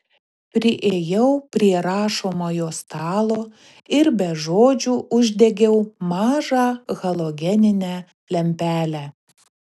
priėjau prie rašomojo stalo ir be žodžių uždegiau mažą halogeninę lempelę